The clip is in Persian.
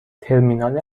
ترمینال